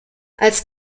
als